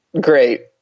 great